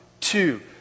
two